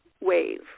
wave